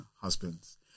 husbands